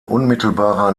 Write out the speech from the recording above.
unmittelbarer